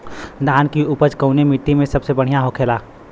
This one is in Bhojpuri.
धान की उपज कवने मिट्टी में सबसे बढ़ियां होखेला?